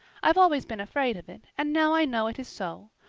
i've always been afraid of it, and now i know it is so.